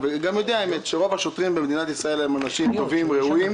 וגם יודע שרוב השוטרים במדינת ישראל הם אנשים טובים וראויים,